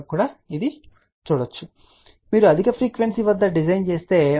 కాబట్టి మీరు అధిక ఫ్రీక్వెన్సీ వద్ద డిజైన్ చేస్తుంటే 2